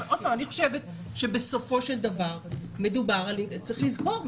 אני חושבת שצריך לזכור,